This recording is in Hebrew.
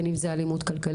בין אם זו אלימות כלכלית,